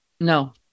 No